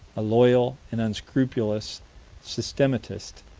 a loyal and unscrupulous systematist,